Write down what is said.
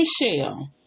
Michelle